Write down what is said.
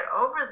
over